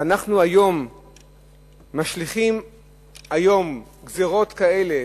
ואנחנו היום משליכים גזירות כאלה